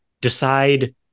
decide